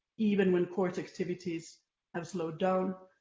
even when courts activities have slowed down,